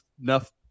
enough